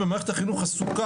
ומערכת החינוך עסוקה,